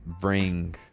bring